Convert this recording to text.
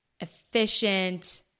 efficient